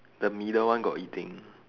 the middle one got eating